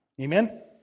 Amen